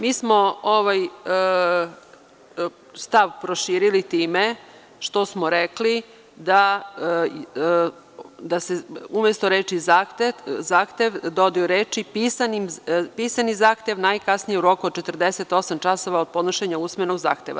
Mi smo ovaj stav proširili time što smo rekli da se umesto reči „zahtev“ dodaju reči „pisani zahtev najkasnije u roku od 48 časova od podnošenja usmenog zahteva“